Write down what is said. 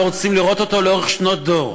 ולא רוצים לראות אותו לאורך שנות דור.